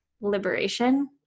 liberation